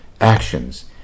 Actions